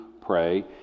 pray